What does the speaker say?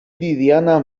diana